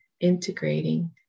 integrating